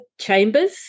Chambers